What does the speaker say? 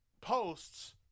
posts